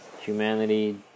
humanity